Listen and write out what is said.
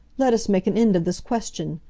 let us make an end of this question.